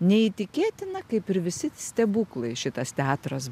neįtikėtina kaip ir visi stebuklai šitas teatras